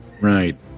Right